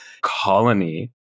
colony